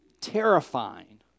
terrifying